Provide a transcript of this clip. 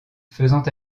faisant